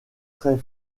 très